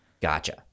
Gotcha